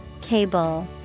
Cable